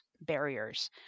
barriers